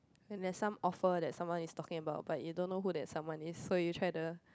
and there's some offer that someone is talking about but you don't know who that someone is so you try the